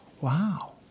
wow